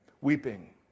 weeping